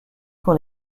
qu’on